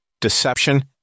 Deception